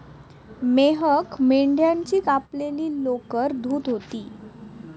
मेहक मेंढ्याची कापलेली लोकर धुत होती